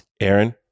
Aaron